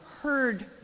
heard